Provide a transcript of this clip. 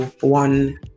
one